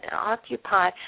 occupy